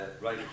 right